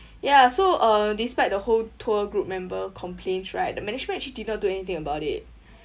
ya so uh despite the whole tour group member complaints right the management actually did not do anything about it